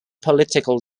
political